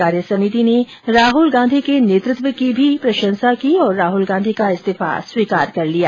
कार्यसमिति ने राहल गांधी के नेतृत्व की प्रशंसा भी की और राहल गांधी का इस्तीफा भी स्वीकार कर लिया